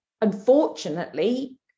unfortunately